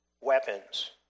weapons